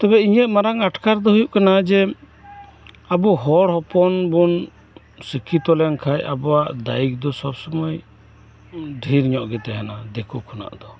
ᱛᱚᱵᱮ ᱤᱧᱟᱹᱜ ᱢᱟᱨᱟᱝ ᱟᱴᱠᱟᱨ ᱫᱚ ᱦᱩᱭᱩᱜ ᱠᱟᱱᱟ ᱡᱮ ᱟᱵᱩ ᱦᱚᱲ ᱦᱚᱯᱚᱱ ᱵᱩᱱ ᱥᱤᱠᱷᱤᱛᱚ ᱞᱮᱱᱠᱷᱟᱡ ᱟᱵᱩᱣᱟᱜ ᱫᱟᱭᱤᱠ ᱫᱚ ᱥᱚᱵ ᱥᱩᱢᱟᱹᱭ ᱰᱷᱤᱨ ᱧᱚᱜ ᱜᱤ ᱛᱟᱦᱮᱱᱟ ᱫᱤᱠᱩ ᱠᱷᱚᱱᱟᱜ ᱫᱚ